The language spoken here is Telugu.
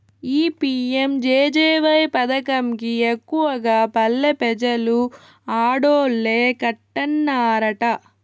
ఈ పి.యం.జె.జె.వై పదకం కి ఎక్కువగా పల్లె పెజలు ఆడోల్లే కట్టన్నారట